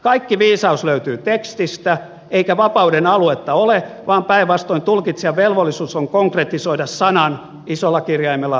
kaikki viisaus löytyy tekstistä eikä vapauden aluetta ole vaan päinvastoin tulkitsijan velvollisuus on konkretisoida sanan sisältö